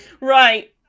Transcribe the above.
Right